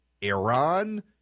Iran